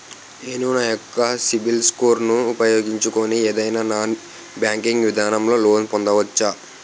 నేను నా యెక్క సిబిల్ స్కోర్ ను ఉపయోగించుకుని ఏదైనా నాన్ బ్యాంకింగ్ విధానం లొ లోన్ పొందవచ్చా?